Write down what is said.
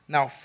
Now